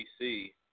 PC